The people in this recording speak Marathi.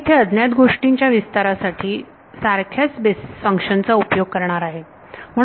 मी इथे अज्ञात गोष्टींच्या विस्तारासाठी सारख्याच बेसीस फंक्शन चा उपयोग करणार आहे